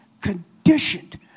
Conditioned